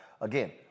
again